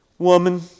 Woman